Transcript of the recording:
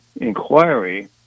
inquiry